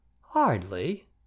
Hardly